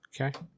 Okay